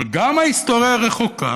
אבל גם ההיסטוריה הרחוקה